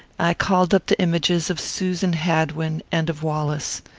i called up the images of susan hadwin, and of wallace.